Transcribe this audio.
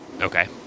Okay